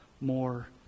more